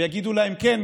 ויגידו להם: כן,